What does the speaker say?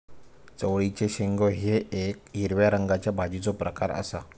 चवळीचे शेंगो हे येक हिरव्या रंगाच्या भाजीचो प्रकार आसा